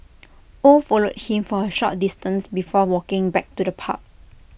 oh followed him for A short distance before walking back to the pub